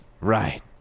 Right